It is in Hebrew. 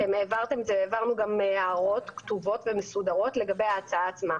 העברנו גם הערות כתובות ומסודרות לגבי ההצעה עצמה,